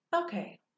Okay